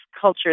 culture